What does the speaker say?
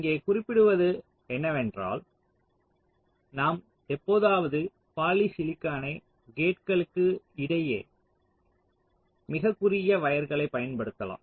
இங்கே குறிப்பிடப்படுவது என்னவென்றால் நாம் எப்போதாவது பாலிசிலிகானை கேட்களுக்கு இடையில் மிகக் குறுகிய வயர்களைப் பயன்படுத்தலாம்